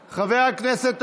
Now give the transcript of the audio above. אמרת לי בסדר, חשבתי שהבנת.